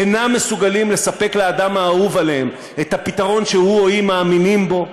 אינם מסוגלים לספק לאדם האהוב עליהם את הפתרון שהוא או היא מאמינים בו,